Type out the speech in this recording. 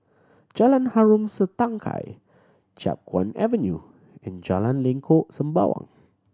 Jalan Harom Setangkai Chiap Guan Avenue and Jalan Lengkok Sembawang